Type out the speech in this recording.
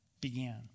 began